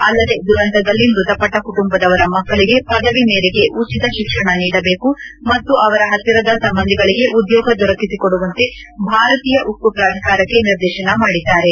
ಅಲ್ಲದೆ ದುರಂತದಲ್ಲಿ ಮೃತಪಟ್ಷ ಕುಟುಂಬದವರ ಮಕ್ಕಳಿಗೆ ಪದವಿ ಮೇರೆಗೆ ಉಚಿತ ಶಿಕ್ಷಣ ನೀಡಬೇಕು ಮತ್ತು ಅವರ ಹತ್ತಿರದ ಸಂಬಂಧಿಗಳಿಗೆ ಉದ್ಯೋಗ ದೊರಕಿಸಿಕೊಡುವಂತೆ ಭಾರತೀಯ ಉಕ್ಕು ಪ್ರಾಧಿಕಾರಕ್ಕೆ ನಿರ್ದೇಶನ ನೀಡಿದ್ದಾರೆ